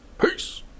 Peace